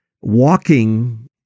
walking